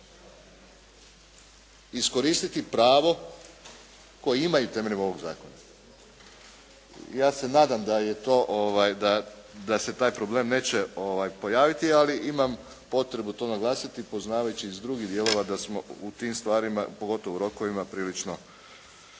iskoristiti pravo koje imaju temeljem ovog zakona? Ja se nadam da se taj problem neće pojaviti, ali imam potrebu to naglasiti, poznavajući iz drugih dijelova da smo u tim stvarima, pogotovo u rokovima prilično